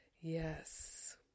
Yes